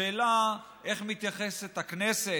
השאלה היא איך מתייחסת הכנסת,